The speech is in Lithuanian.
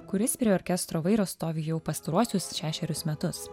kuris prie orkestro vairo stovi jau pastaruosius šešerius metus